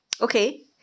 okay